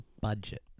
budget